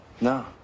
No